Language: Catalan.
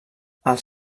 els